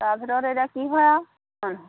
তাৰ ভিতৰতে এতিয়া কি হয় আৰু ন